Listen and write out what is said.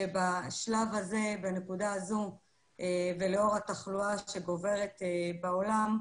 זה שבשלב הזה ובנקודה הזו ולאור התחלואה שגוברת בעולם,